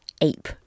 ape